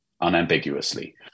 unambiguously